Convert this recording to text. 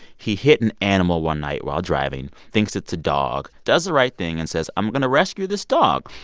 he hit an animal one night while driving, thinks it's a dog, does the right thing and says, i'm going to rescue this dog.